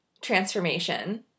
transformation